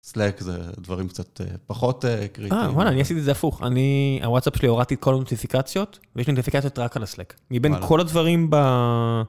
סלק זה דברים קצת פחות קריטי, אני עשיתי זה הפוך אני הוואטסאפ שלי הורדתי את כל הנוטיפיקציות ויש לי נוטיפיקציות רק על הסלק. מבין כל הדברים ב-